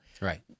right